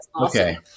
okay